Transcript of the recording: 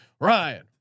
Ryan